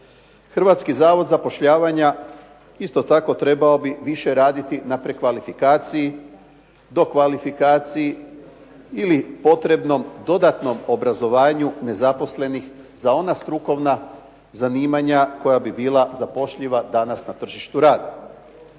Hrvatski zavod zapošljavanja isto tako trebao bi više raditi na prekvalifikaciji, dokvalifikaciji ili potrebnom dodatnom obrazovanju nezaposlenih za ona strukovna zanimanja koja bi bila zapošljiva danas na tržištu rada.